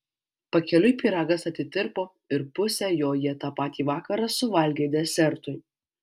pakeliui pyragas atitirpo ir pusę jo jie tą patį vakarą suvalgė desertui